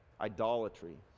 idolatry